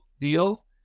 deal